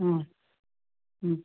ಹ್ಞೂ ಹ್ಞೂ